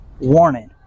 warning